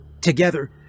Together